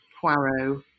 Poirot